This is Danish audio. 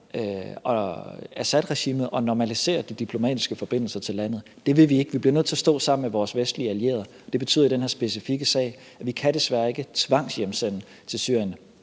Assadregimet og normaliserer de diplomatiske forbindelser til landet. Det vil vi ikke. Vi bliver nødt til at stå sammen med vores vestlige allierede. Det betyder i den her specifikke sag, at vi desværre ikke kan tvangshjemsende til Syrien.